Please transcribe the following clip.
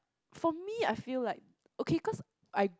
for me I feel like okay cause I